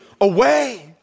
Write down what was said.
away